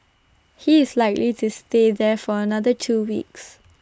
he is likely to stay there for another two weeks